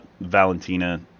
Valentina